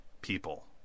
people